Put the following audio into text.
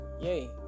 Yay